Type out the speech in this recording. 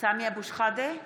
סמי אבו שחאדה,